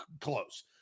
close